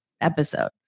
episode